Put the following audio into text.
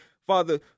Father